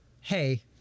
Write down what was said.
hey